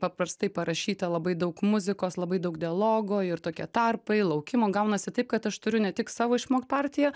paprastai parašyta labai daug muzikos labai daug dialogo ir tokie tarpai laukimo gaunasi taip kad aš turiu ne tik savo išmokt partiją